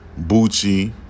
Bucci